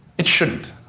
it shouldn't.